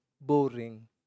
boring